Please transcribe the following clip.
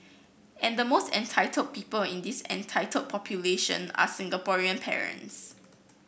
and the most entitled people in this entitled population are Singaporean parents